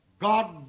God